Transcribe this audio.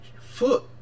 foot